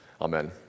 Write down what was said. Amen